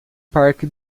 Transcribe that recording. parque